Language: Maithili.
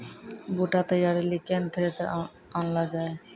बूटा तैयारी ली केन थ्रेसर आनलऽ जाए?